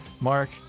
Mark